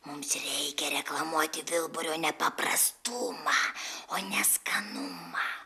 mums reikia reklamuoti vilburio nepaprastumą o ne skanumą